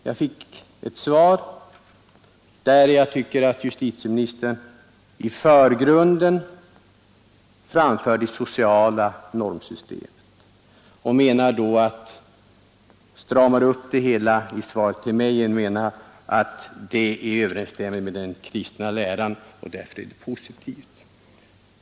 Jag har fått ett svar, i vilket jag tycker att justitieministern sätter det sociala normsystemet i förgrunden. Han stramar upp svaret till mig genom att nämna att det sociala normsystemet torde överensstämma med den kristna läran och därför är positivt.